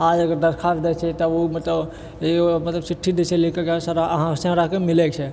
आज अगर दरख्वास्त दै छियै तऽ ओ मतलब जे मतलब चिठ्ठी जे छै से लेकर जे सर अहाँ से हमराकेँ मिलैके छै